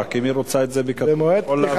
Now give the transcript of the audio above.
רק אם היא רוצה את זה בכתב, אתה יכול